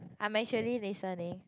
I'm actually listening